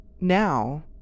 now